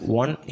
one